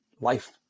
life